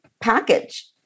package